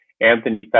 Anthony